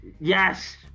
Yes